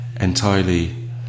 entirely